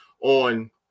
on